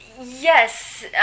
Yes